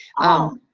oh.